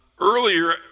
Earlier